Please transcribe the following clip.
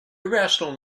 irrational